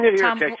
Tom